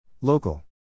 Local